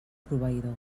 proveïdor